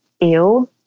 ew